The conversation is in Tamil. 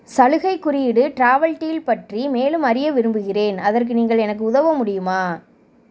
சலுகைக் குறியீடு ட்ராவல் டீல் பற்றி மேலும் அறிய விரும்புகிறேன் அதற்கு நீங்கள் எனக்கு உதவ முடியுமா